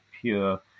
pure